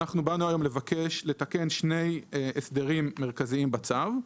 באנו היום לבקש לתקן שני הסדרים מרכזיים בצו.